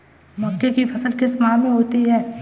मक्के की फसल किस माह में होती है?